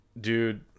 Dude